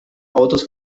autos